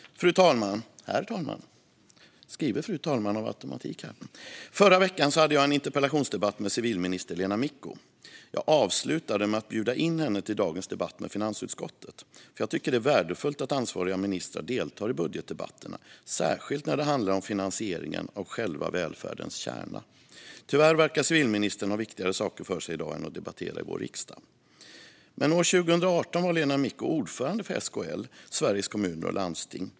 Herr talman! Förra veckan hade jag en interpellationsdebatt med civilminister Lena Micko. Jag avslutade med att bjuda in henne till dagens debatt med finansutskottet, för jag tycker att det är värdefullt att ansvariga ministrar deltar i budgetdebatterna, särskilt när det handlar om finansieringen av själva välfärdens kärna. Tyvärr verkar civilministern ha viktigare saker för sig i dag än att debattera i vår riksdag. År 2018 var Lena Micko ordförande för SKL, Sveriges Kommuner och Landsting.